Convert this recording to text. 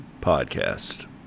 Podcast